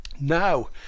now